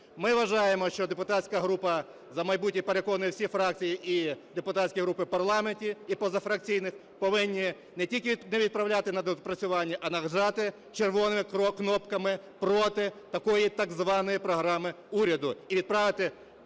Ми вважаємо, що… депутатська група "За майбутнє" переконує всі фракції і депутатські групи в парламенті, і позафракційних, повинні не тільки не відправляти на доопрацювання, а нажати червоними кнопками проти такої так званої програми уряду